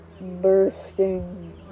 Bursting